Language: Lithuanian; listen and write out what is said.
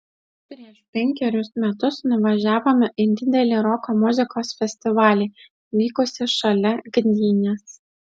prieš penkerius metus nuvažiavome į didelį roko muzikos festivalį vykusį šalia gdynės